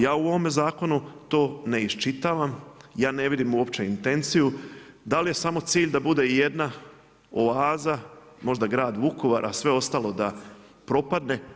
Ja u ovome zakonu to ne iščitavam, ja ne vidim uopće intenciju da li je samo cilj da bude i jedna oaza, možda grad Vukovar a sve ostalo da propadne.